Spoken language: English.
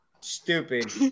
Stupid